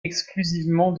exclusivement